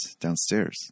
downstairs